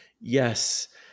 yes